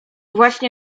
właśnie